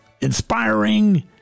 inspiring